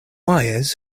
wires